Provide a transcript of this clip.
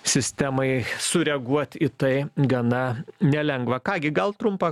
sistemai sureaguot į tai gana nelengva ką gi gal trumpą